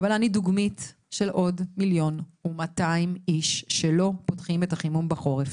אבל דוגמית של עוד מיליון ומאתיים איש שלא פותחים את החימום בחורף.